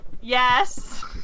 Yes